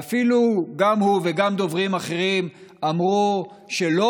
ואפילו הוא וגם דוברים אחרים אמרו שלא